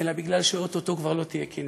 אלא בגלל שאו-טו-טו כבר לא תהיה כינרת.